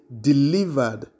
delivered